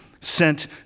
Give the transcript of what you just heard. sent